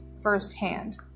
firsthand